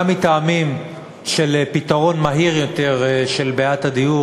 גם מטעמים של פתרון מהיר יותר לבעיית הדיור